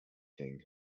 king